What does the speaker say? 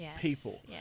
people